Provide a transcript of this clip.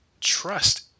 trust